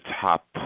top